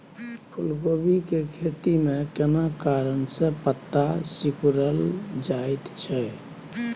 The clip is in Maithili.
फूलकोबी के खेती में केना कारण से पत्ता सिकुरल जाईत छै?